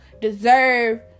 deserve